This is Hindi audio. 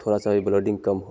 थोड़ा सा ये ब्लडिंग कम हो